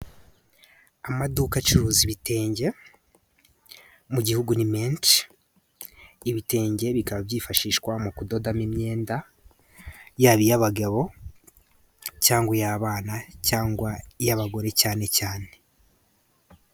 Amaduka acuruza ibitenge mu gihugu ni menshi. Ibitenge bikaba byifashishwa mu kudodamo imyenda yaba iy'abagabo, cyangwa iy'abana, cyangwa iy'abagore cyane cyane.